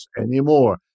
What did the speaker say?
anymore